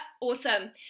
Awesome